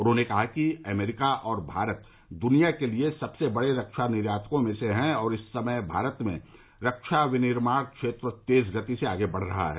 उन्होंने कहा कि अमरीका और भारत दुनिया के लिए सबसे बड़े रक्षा निर्यातकों में से हैं और इस समय भारत में रक्षा विनिर्माण क्षेत्र तेज गति से आगे बढ़ रहा है